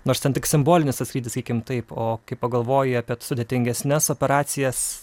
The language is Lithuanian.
nors ten tik simbolinis tas skrydis sakykim taip o kai pagalvoji apie sudėtingesnes operacijas